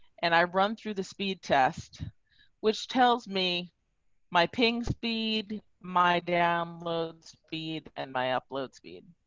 and i run through the speed test which tells me my pink speed my downloads feed and my upload speed.